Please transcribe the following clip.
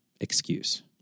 excuse